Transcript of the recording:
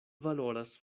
valoras